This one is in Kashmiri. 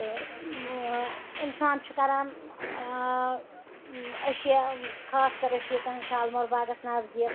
تہٕ اِنسان چھُ کَران أسۍ چھِ یہِ خاص کَر ٲسۍ چھِ ییٚتٮ۪ن شالمور باغَس نَزدیٖک